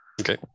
Okay